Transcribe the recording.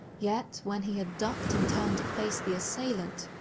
yet, when he had ducked and turned to face the assailant,